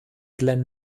glen